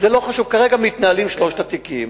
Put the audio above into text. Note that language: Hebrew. זה לא חשוב, כרגע מתנהלים שלושת התיקים.